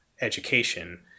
education